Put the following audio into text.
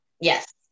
Yes